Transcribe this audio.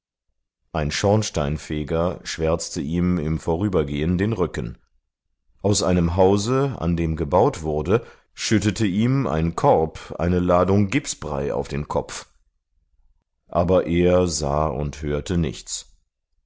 ein schornsteinfeger schwärzte ihm im vorübergehen den rücken aus einem hause an dem gebaut wurde schüttete ihm ein korb eine ladung gipsbrei auf den kopf aber er sah und hörte nichts